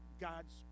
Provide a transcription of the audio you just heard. God's